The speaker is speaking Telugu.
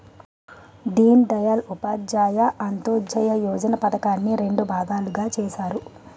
దీన్ దయాల్ ఉపాధ్యాయ అంత్యోదయ యోజన పధకాన్ని రెండు భాగాలుగా చేసారు